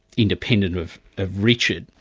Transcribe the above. independent of of ah richard.